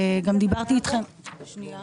הייתי רוצה,